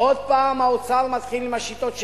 עוד פעם האוצר מתחיל עם השיטות שלו,